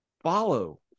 Follow